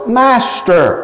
master